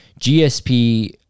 GSP